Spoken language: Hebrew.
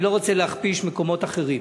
אני לא רוצה להכפיש מקומות אחרים.